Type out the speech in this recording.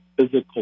physical